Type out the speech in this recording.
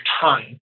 time